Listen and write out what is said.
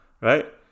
Right